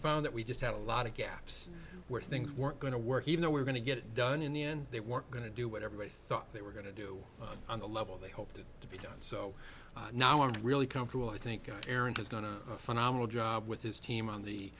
found that we just had a lot of gaps where things weren't going to work even though we're going to get it done in the end they weren't going to do what everybody thought they were going to do on the level they hoped to be done so now i'm really comfortable i think i aaron has done a phenomenal job with his team on the